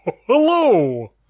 Hello